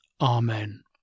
Amen